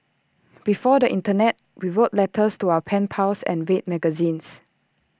before the Internet we wrote letters to our pen pals and read magazines